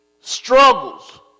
struggles